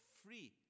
free